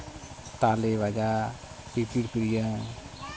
ᱛᱟᱞᱮ ᱵᱮᱜᱟ ᱯᱤᱯᱤᱲᱯᱤᱭᱟᱹ